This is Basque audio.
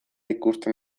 ikusten